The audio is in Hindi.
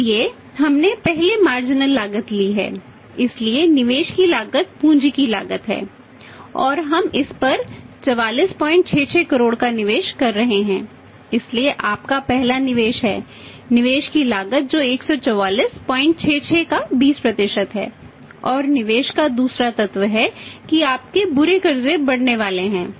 इसलिए हमने पहले मार्जिनल लागत ली है इसलिए निवेश की लागत पूंजी की लागत है और हम इस पर 4466 करोड़ का निवेश कर रहे हैं इसलिए आपका पहला निवेश है निवेश की लागत जो 14466 का 20 है और निवेश का दूसरा तत्व है कि आपके बुरे कर्ज बढ़ने वाले हैं